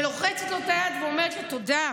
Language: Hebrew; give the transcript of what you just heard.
שלוחצת לו את היד ואומרת לו תודה,